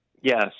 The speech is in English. Yes